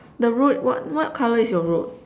the road what what colour is your road